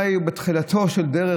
בתחילתה של הדרך,